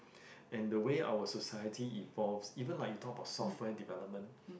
and the way our society evolves even like you talked about software development